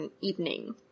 evening